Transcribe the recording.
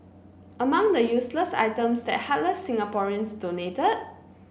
among the useless items that heartless Singaporeans donated